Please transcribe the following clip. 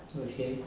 okay